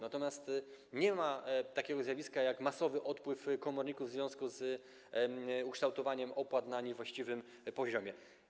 Nie ma takiego zjawiska jak masowy odpływ komorników w związku z ukształtowaniem opłat na niewłaściwym poziomie.